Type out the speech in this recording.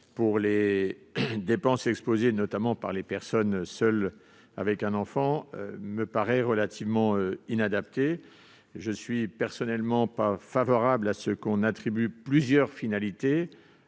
pour les dépenses assumées par les personnes seules avec un enfant, me paraît relativement inadapté. Je ne suis personnellement pas favorable à ce que l'on attribue plusieurs finalités